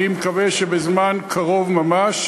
אני מקווה שבזמן קרוב ממש.